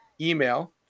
email